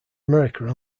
america